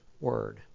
word